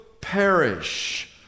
perish